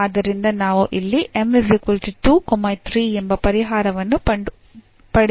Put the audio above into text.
ಆದ್ದರಿಂದ ನಾವು ಇಲ್ಲಿ ಎಂಬ ಪರಿಹಾರವನ್ನು ಪಡೆದುಕೊಂಡಿದ್ದೇವೆ